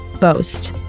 Boast